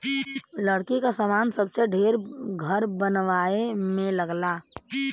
लकड़ी क सामान सबसे ढेर घर बनवाए में लगला